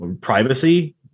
privacy